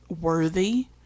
worthy